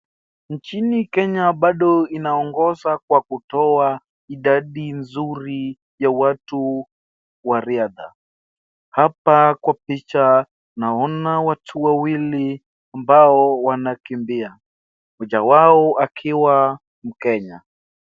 Nchi ya Kenya bado inaongoza kwa kutoa idadi nzuri ya watu wa riadha. Hapa kwa picha naona watu wawili ambao wanakimbia, mmoja wao akiwa mkenya.